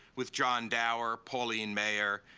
with john dower, pauline mair,